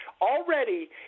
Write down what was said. already